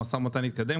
המשא ומתן התקדם,